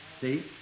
See